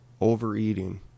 overeating